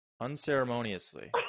unceremoniously